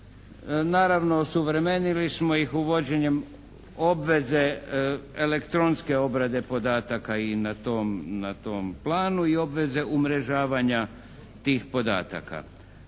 Naravno osuvremenili smo ih uvođenjem obveze elektronske obveze podataka i na tom planu i obveze umrežavanja tih podataka.